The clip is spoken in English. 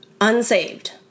unsaved